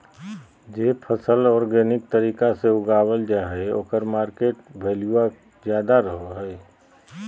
जे फसल ऑर्गेनिक तरीका से उगावल जा हइ ओकर मार्केट वैल्यूआ ज्यादा रहो हइ